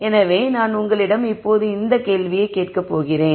எனவே நான் உங்களிடம் இப்போது இந்த கேள்வியை கேட்க போகிறேன்